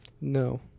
No